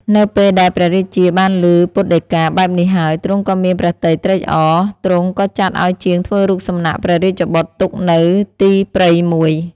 នៅពេលដែលព្រះរាជាបានឮពុទ្ធដីកាបែបនេះហើយ ទ្រង់ក៏មានព្រះទ័យត្រេកអរ ទ្រង់ក៏ចាត់ឲ្យជាងធ្វើរូបសំណាកព្រះរាជបុត្រទុកនៅទីព្រៃមួយ។